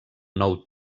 nou